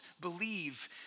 believe